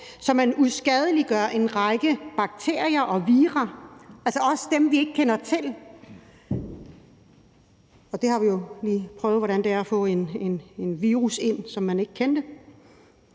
så man uskadeliggør en række bakterier og vira – også dem, vi ikke kender til. Og vi har jo lige prøvet, hvordan det er at få en virus ind, som man ikke kendte.